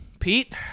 Pete